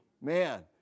man